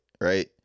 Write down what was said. right